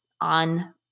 on